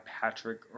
Patrick